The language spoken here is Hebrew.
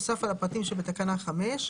נוסף על הפרטים שבתקנה 5,